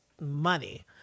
money